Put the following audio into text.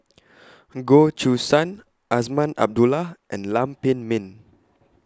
Goh Choo San Azman Abdullah and Lam Pin Min